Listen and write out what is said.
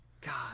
God